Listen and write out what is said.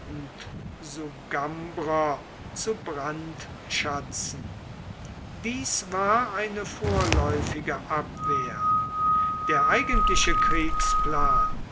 zu brandschatzen dies war eine vorläufige abwehr der eigentliche kriegsplan